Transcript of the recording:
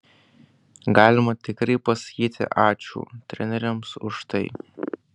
galima tikrai pasakyti ačiū treneriams už tai